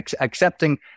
accepting